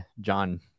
john